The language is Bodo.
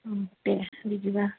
दे बिदिब्ला